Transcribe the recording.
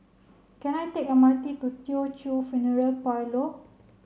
can I take M R T to Teochew Funeral Parlour